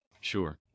Sure